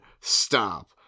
Stop